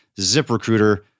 ZipRecruiter